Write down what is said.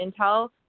intel